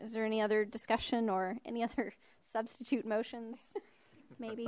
is there any other discussion or any other substitute motions maybe